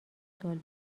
سوال